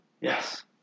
Yes